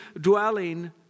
dwelling